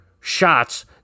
shots